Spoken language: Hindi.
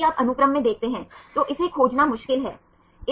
तो उन्होंने अल्फा का उल्लेख किया